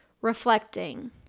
reflecting